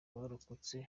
barokotse